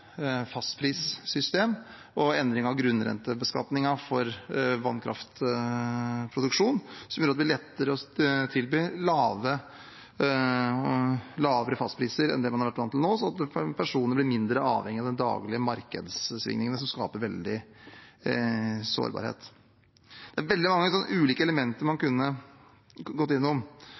fastprissystem og en endring av grunnrentebeskatningen for vannkraftproduksjon, som gjør at det blir lettere å tilby lavere fastpriser enn det man har vært vant til nå, sånn at personer blir mindre avhengig av de daglige markedssvingningene, som skaper veldig sårbarhet. Det er veldig mange ulike elementer man kunne vært innom,